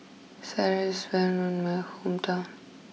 Sireh is well known in my hometown